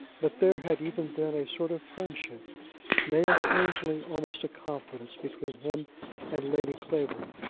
but there had even been a sort of friendship nay, occasionally almost a confidence, between him and lady clavering,